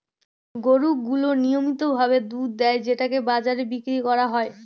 গরু গুলো নিয়মিত ভাবে দুধ দেয় যেটাকে বাজারে বিক্রি করা হয়